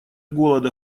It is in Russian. голода